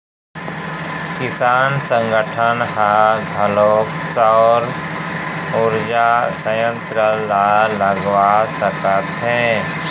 किसान संगठन ह घलोक सउर उरजा संयत्र ल लगवा सकत हे